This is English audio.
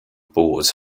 bores